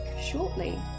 shortly